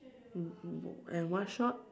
and white shorts